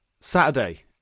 Saturday